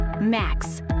Max